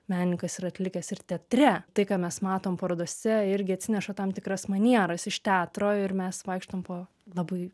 menininkas yra atlikęs ir teatre tai ką mes matom parodose irgi atsineša tam tikras manieras iš teatro ir mes vaikštom po labai